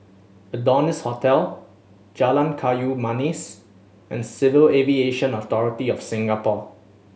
Adonis Hotel Jalan Kayu Manis and Civil Aviation Authority of Singapore